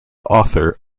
author